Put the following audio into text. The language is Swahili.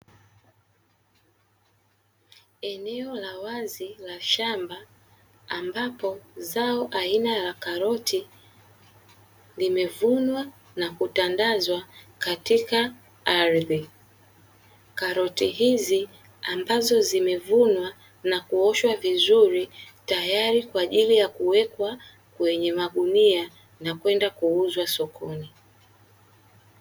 Eneo la wazi la shamba, ambapo zao aina ya karoti limevunwa na kutandazwa katika ardhi. Karoti hizi ambazo zimevunwa na kuoshwa vizuri, tayari kwa ajili ya kuwekwa kwenye magunia na kwenda kuuzwa sokoni.